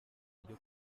ryo